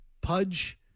Pudge